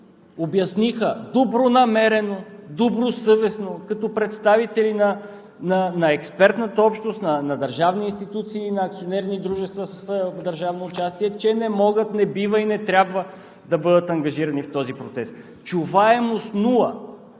обясниха – добронамерено, добросъвестно, като представители на експертната общност, на държавни институции и на акционерни дружества с държавно участие, че не могат, не бива и не трябва да бъдат ангажирани в този процес! Чуваемост – нула!